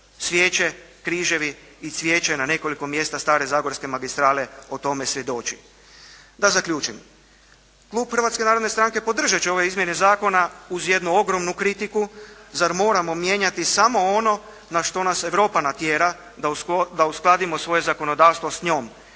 Svijeće, križevi i cvijeće na nekoliko mjesta stare Zagorske magistrale o tome svjedoči. Da zaključim, Klub Hrvatske narodne stranke podržat će ove izmjene zakona uz jednu ogromnu kritiku. Zar moramo mijenjati samo ono na što nas Europa natjera da uskladimo svoje zakonodavstvo s njom?